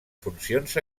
funcions